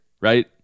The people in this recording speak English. right